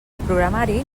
programari